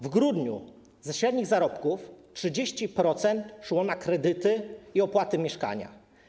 W grudniu ze średnich zarobków 30% szło na kredyty i opłaty za mieszkanie.